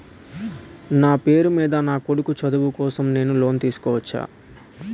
నా పేరు మీద నా కొడుకు చదువు కోసం నేను లోన్ తీసుకోవచ్చా?